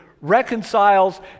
reconciles